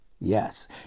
Yes